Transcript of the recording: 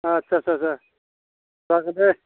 आथसा आथसा आथसा आथसा जागोन दे